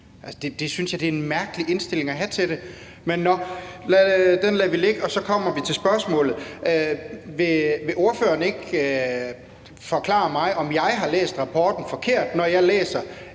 Det synes jeg er en mærkelig indstilling at have til det. Nå, den lader vi ligge. Så kommer vi til spørgsmålet: Vil ordføreren ikke forklare mig, om jeg har læst rapporten forkert eller ej, når jeg læser,